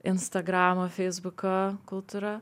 instagramo feisbuko kultūra